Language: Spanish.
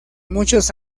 muchos